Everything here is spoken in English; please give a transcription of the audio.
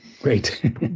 Great